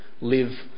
live